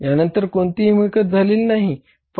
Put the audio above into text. या नंतर कोणतीही मिळकत झालेली नाही